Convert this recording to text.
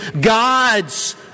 God's